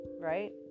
Right